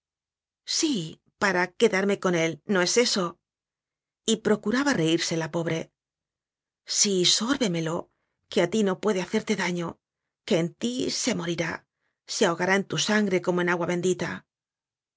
sí para quedarme con él no es eso y procuraba reirse la pobre sí sórbemelo que a ti no puede hacerte daño que en ti se morirá se ahogará en tu sangre como en agua bendita